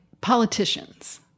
politicians